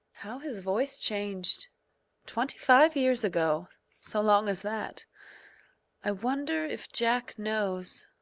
how his voice changed twenty-five years ago so long as that i wonder if jack knows.